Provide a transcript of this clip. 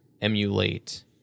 emulate